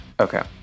okay